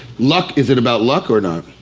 luck, is it about luck or not?